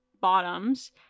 Bottoms